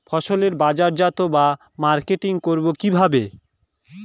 ফসলের বাজারজাত বা মার্কেটিং করব কিভাবে?